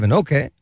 okay